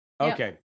Okay